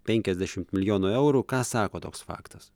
penkiasdešimt milijonų eurų ką sako toks faktas